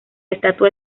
estatua